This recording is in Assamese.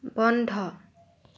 বন্ধ